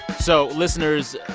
so listeners,